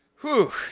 Whew